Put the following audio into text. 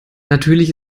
natürlich